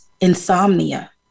insomnia